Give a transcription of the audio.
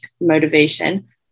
motivation